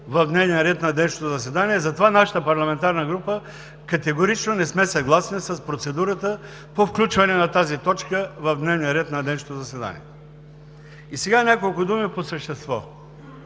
в дневния ред на днешното заседание. Затова нашата парламентарна група категорично не сме съгласни с процедурата по включване на тази точка в дневния ред на днешното заседание. И сега няколко думи по същество